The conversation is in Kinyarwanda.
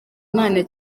imana